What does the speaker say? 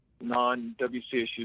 non-WCSU